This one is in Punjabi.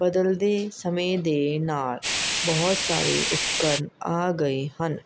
ਬਦਲਦੇ ਸਮੇਂ ਦੇ ਨਾਲ਼ ਬਹੁਤ ਸਾਰੇ ਉਪਕਰਨ ਆ ਗਏ ਹਨ